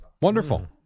wonderful